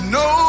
no